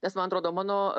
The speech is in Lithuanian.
nes man atrodo mano